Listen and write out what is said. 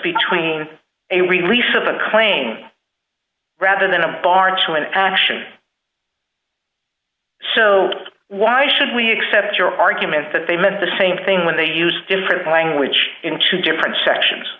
between a release of a claim rather than a bargeman action so why should we accept your argument that they meant the same thing when they use different language in two different sections